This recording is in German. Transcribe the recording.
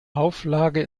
auflage